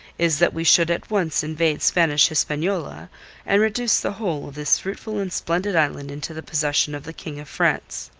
is that we should at once invade spanish hispaniola and reduce the whole of this fruitful and splendid island into the possession of the king of france.